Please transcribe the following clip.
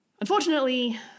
Unfortunately